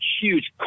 huge